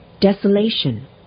desolation